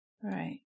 Right